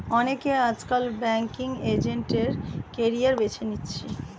অনেকে আজকাল banking agent এর ক্যারিয়ার বেছে নিচ্ছে